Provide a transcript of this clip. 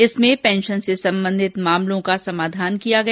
इसमें पेंशन से संबंधित समस्याओं का समाधान किया गया